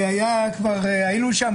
וכבר כמעט היינו שם,